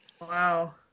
Wow